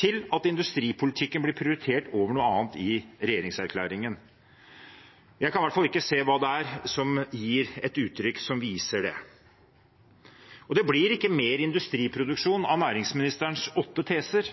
til at industripolitikken blir prioritert over noe annet i regjeringserklæringen. Jeg kan i hvert fall ikke se hva det er som uttrykker det. Det blir ikke mer industriproduksjon av næringsministerens åtte teser.